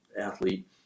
athlete